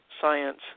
science